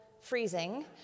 freezing